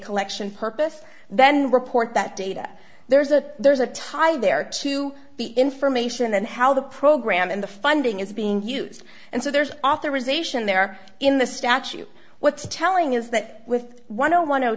collection purpose then report that data there's a there's a tie there to the information and how the program and the funding is being used and so there's authorization there in the statute what's telling is that with one zero one